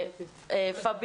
פ'.